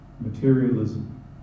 materialism